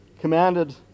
commanded